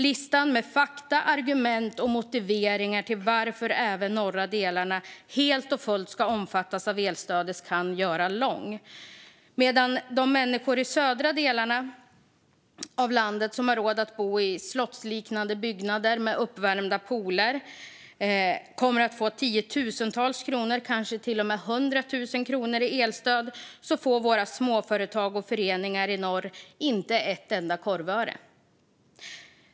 Listan med fakta, argument och motiveringar för att även de norra delarna ska omfattas helt och fullt av elstödet kan göras lång. Medan de människor i de södra delarna av landet som har råd att bo i slottsliknande byggnader med uppvärmda pooler kommer att få tiotusentals kronor, kanske till och med hundratusen kronor, i elstöd får våra småföretag och föreningar i norr inte ett korvöre.